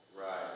Right